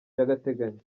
by’agateganyo